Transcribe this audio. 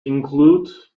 include